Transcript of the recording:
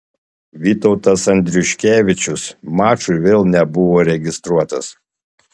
vytautas andriuškevičius mačui vėl nebuvo registruotas